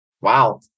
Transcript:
Wow